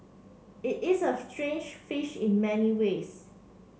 it is a strange fish in many ways